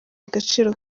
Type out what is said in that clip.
agaciro